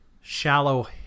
shallow